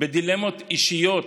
בדילמות אישיות